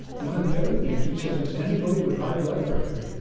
one of the other things she said is anybody with high blood pressure